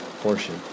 portion